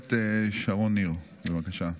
הכנסת שרון ניר, בבקשה.